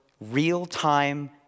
real-time